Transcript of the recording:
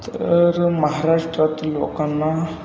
तर महाराष्ट्रातील लोकांना